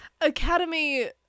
Academy